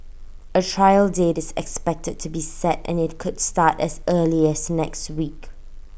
A trial date is expected to be set and IT could start as early as next week